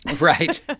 Right